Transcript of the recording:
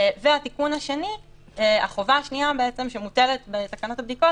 החובה השנייה שמוטלת בתקנות הבדיקות,